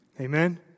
Amen